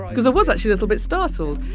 because i was actually a little bit startled.